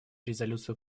резолюцию